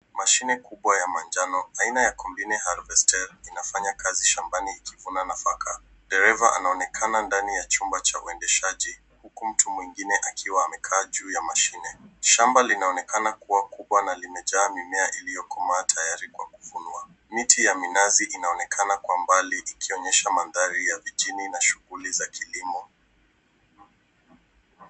Mashine kubwa ya manjano, aina ya combined harvester inafanya kazi shambani ikivuna nafaka. Dereva anaonekana ndani ya chumba cha uendeshaji, huku mtu mwingine akiwa amekaa juu ya mashine. Shamba linaonekana kuwa kubwa na limejaa mimea iliyokomaa tayari kwa kuvunwa. Miti ya minazi inaonekana kwa mbali, ikionyesha mandhari ya mijini na shughuli za kilimo.